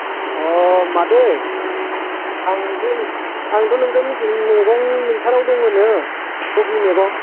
अह मादै आं बै आंथ' नोंजों मैगं नोंसानाव दङनो कफि मैगं